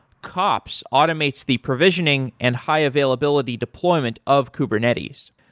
kops automates the provisioning and high availability deployment of kubernetes.